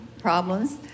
problems